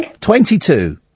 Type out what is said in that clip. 22